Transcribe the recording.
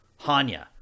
Hanya